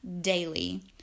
daily